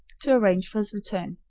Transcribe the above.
to arrange for his return.